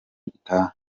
gitaha